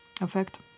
effect